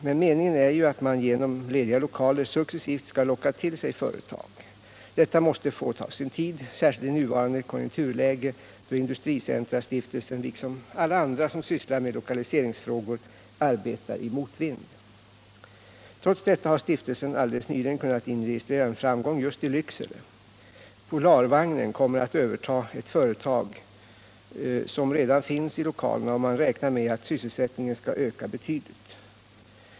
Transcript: Men meningen är ju att man genom lediga lokaler successivt skall locka till sig företag. Detta måste få ta sin tid, särskilt i nuvarande konjunkturläge, då industricentrastiftelsen liksom alla andra som sysslar med lokaliseringsfrågor arbetar i motvind. Trots detta har stiftelsen alldeles nyligen kunnat inregistrera en framgång just i Lycksele. Polarvagnen kommer att överta ett företag som redan finns i lokalerna, och man räknar med att sysselsättningen skall öka betydligt.